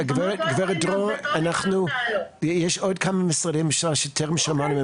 גב' דרור, יש עוד כמה משרדי ממשלה שטרם שמענו.